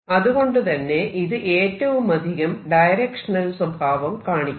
അതുകൊണ്ടുതന്നെ ഇത് ഏറ്റവുമധികം ഡയരക്ഷനൽ സ്വഭാവം കാണിക്കുന്നു